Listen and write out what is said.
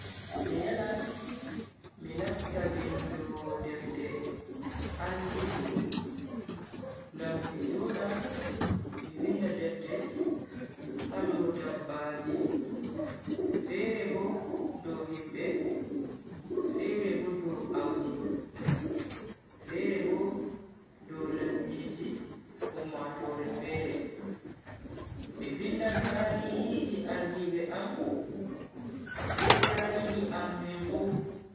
Mi yelan mi latta vindoowo defte andiido, ngam mi joda mi vinda defte ha dow dabbaji, fere bo dow himbe, fere bo dow audi, fere bo dow lesdiji ummatoore fere. Mi vindan tarihiji ardibe am, be tarihi am minfu.